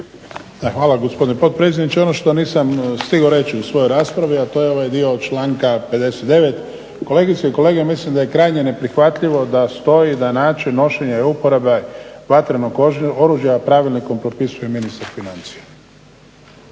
Hvala gospodine potpredsjedniče. Ono što nisam stigao reći u svojoj raspravi, a to je ovaj dio od članka 59. Kolegice i kolege, mislim da je krajnje neprihvatljivo da stoji da način nošenja i uporabe vatrenog oružja pravilnikom propisuje ministar financija.